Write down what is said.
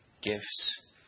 gifts